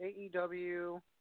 AEW